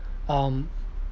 um